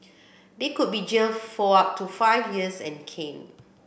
they could be jailed for up to five years and caned